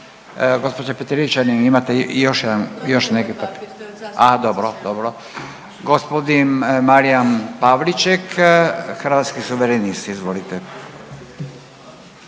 Petrijevčanin se ne razumije/…a dobro, dobro. Gospodin Marijan Pavliček, Hrvatski suverenisti, izvolite.